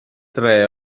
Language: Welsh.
dre